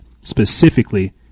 specifically